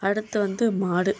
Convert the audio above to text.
அடுத்து வந்து மாடு